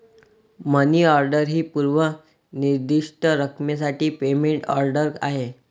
मनी order ही पूर्व निर्दिष्ट रकमेसाठी पेमेंट ऑर्डर आहे